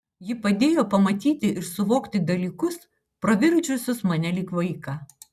ji padėjo pamatyti ir suvokti dalykus pravirkdžiusius mane lyg vaiką